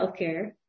healthcare